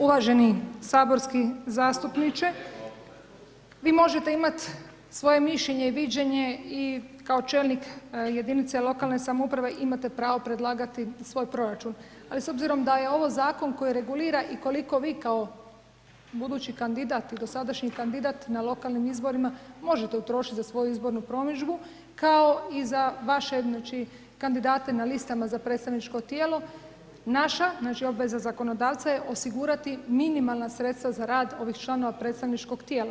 Uvaženi saborski zastupniče, vi možete imati svoje mišljenje i viđenje i kao čelnik jedinice lokalne samouprave imate pravo predlagati svoj proračun, ali s obzirom da je ovo zakon koji regulira i ukoliko vi kao budući kandidat i dosadašnji kandidat na lokalnim izborima, možete trošiti i za svoju izbornu promidžbu, kao i za vaše kandidate na listama za predstavničko tijelo, naša obveza zakonodavca je osigurati minimalna sredstva za rad ovih članova predstavničkog tijela.